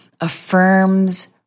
affirms